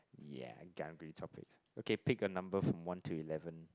ya topics okay pick a number from one to eleven